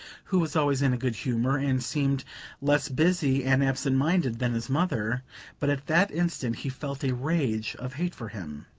who was always in a good humour, and seemed less busy and absent-minded than his mother but at that instant he felt a rage of hate for him.